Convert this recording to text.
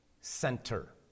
center